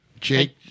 Jake